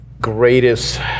greatest